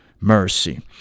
Mercy